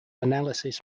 analysis